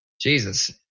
Jesus